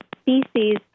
species